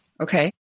Okay